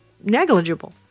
negligible